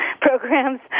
programs